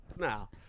now